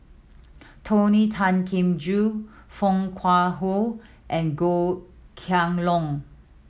Tony Tan Keng Joo Foo Kwee Horng and Goh Kheng Long